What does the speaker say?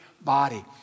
body